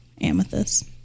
amethyst